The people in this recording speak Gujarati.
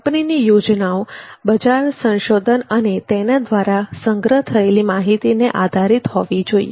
કંપનીની યોજનાઓ બજાર સંશોધન અને તેના દ્વારા સંગ્રહ થયેલ માહિતીને આધારિત હોવી જોઇએ